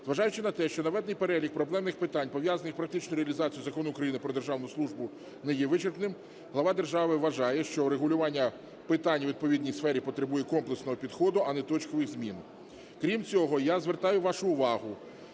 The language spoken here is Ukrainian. Зважаючи на те, що наведений перелік проблемних питань, пов'язаних з практичною реалізацією Закону України "Про державну службу", не є вичерпним, глава держави вважає, що регулювання питань у відповідній сфері потребує комплексного підходу, а не точкових змін. Крім цього, я звертаю вашу увагу,